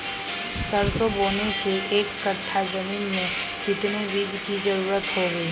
सरसो बोने के एक कट्ठा जमीन में कितने बीज की जरूरत होंगी?